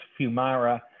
Fumara